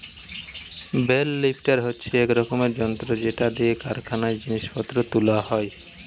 bell lifter হচ্ছে এক রকমের যন্ত্র যেটা দিয়ে কারখানায় জিনিস পত্র তুলা হয়